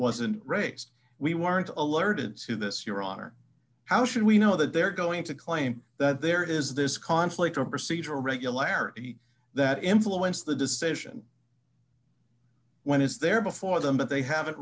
wasn't raised we weren't alerted to this your honor how should we know that they're going to claim that there is this conflict or a procedural regularity that influenced the decision when it's there before them but they haven't